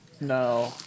no